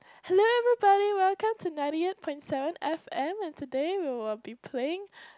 hello everybody welcome to ninety eight point seven f_m and today we will be playing